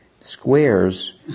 squares